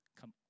Come